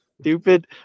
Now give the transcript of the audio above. stupid